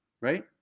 right